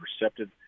receptive